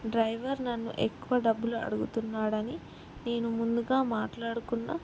driver నన్ను ఎక్కువ డబ్బులు అడుగుతున్నాడని నేను ముందుగా మాట్లాడుకున్న